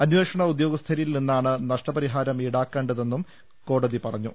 അന്വേഷണ ഉദ്യോഗസ്ഥ രിൽ നിന്നാണ് നഷ്ടപരിഹാരം ഈടാക്കേണ്ടതെന്നും കോടതി പറഞ്ഞു